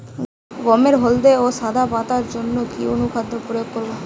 গমের হলদে ও সাদা পাতার জন্য কি অনুখাদ্য প্রয়োগ করব?